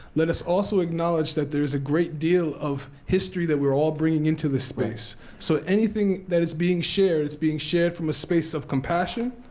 let us also acknowledge that there is a great deal of history that we are all bringing into the space. space. so anything that is being shared, is being shared from a space of compassion,